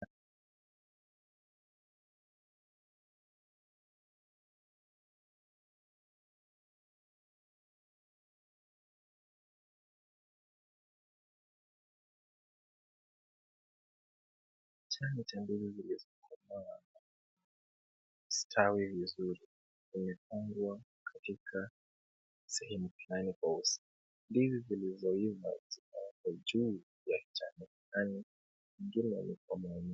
Chane cha ndizi zilizokomaa na kustawi vizuri zimepangwa katika sehemu fulani kwa ustadi. Ndizi zilizoiva ziko juu ya chane flani ingine.